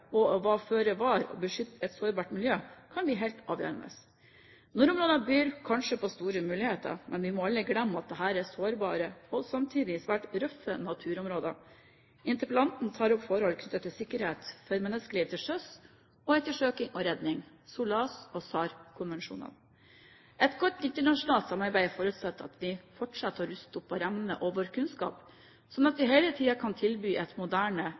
og innovatører og å være føre var og beskytte et sårbart miljø, kan bli helt avgjørende. Nordområdene byr kanskje på store muligheter, men vi må aldri glemme at dette er sårbare og samtidig svært røffe naturområder. Interpellanten tar opp forhold rundt sikkerhet for menneskeliv til sjøs og ettersøkning og redning, SOLAS- og SAR-konvensjonene. Et godt internasjonalt samarbeid forutsetter at vi fortsetter å ruste opp vår evne og kunnskap, slik at vi hele tiden kan tilby en moderne